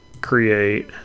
Create